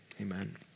amen